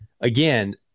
again